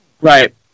right